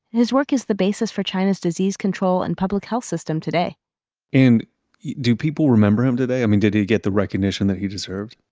his work is the basis for china's disease control and public health system today and do people remember him today? i mean, did he get the recognition that he deserved?